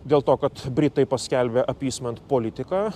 dėl to kad britai paskelbia apysment politiką